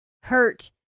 hurt